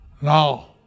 Now